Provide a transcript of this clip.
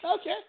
Okay